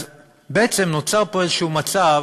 אז בעצם נוצר פה איזשהו מצב